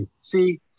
see